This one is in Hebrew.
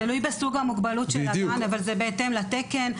תלוי בסוג המוגבלות של הגן אבל זה בהתאם לתקן.